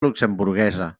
luxemburguesa